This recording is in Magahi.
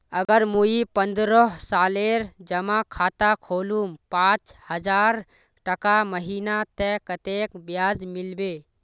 अगर मुई पन्द्रोह सालेर जमा खाता खोलूम पाँच हजारटका महीना ते कतेक ब्याज मिलबे?